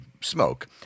smoke